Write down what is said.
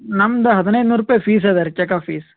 ನಮ್ದು ಹದಿನೈದು ನೂರು ರುಪಾಯ್ ಫೀಸ್ ಅದಾ ರೀ ಚೆಕ್ ಅಪ್ ಫೀಸ್